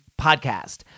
podcast